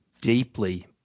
deeply